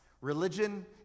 religion